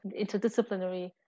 interdisciplinary